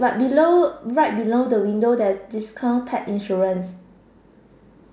but below right below the window there's discount paired insurance